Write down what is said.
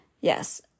yes